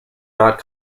not